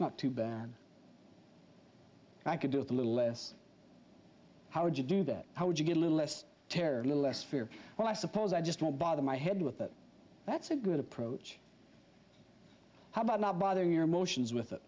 not too bad i could do with a little less how would you do that how would you get a little less terror less fear well i suppose i just don't bother my head with that that's a good approach how about not bothering your emotions with it